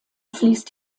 fließt